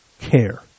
care